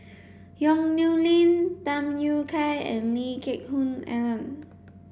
Yong Nyuk Lin Tham Yui Kai and Lee Geck Hoon Ellen